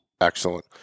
Excellent